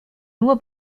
nur